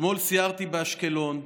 אתמול סיירתי באשקלון,